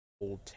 old